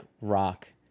rock